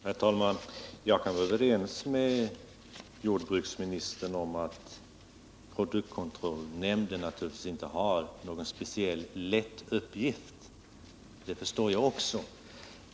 Herr talman! Jag kan vara överens med jordbruksministern om att produktkontrollnämnden naturligtvis inte har någon speciellt lätt uppgift.